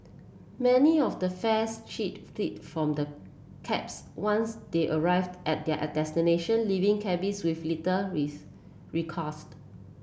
many of the fare cheat flee from the cabs once they arrive at their destination leaving cabbies with little